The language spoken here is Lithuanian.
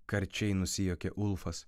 karčiai nusijuokė ulfas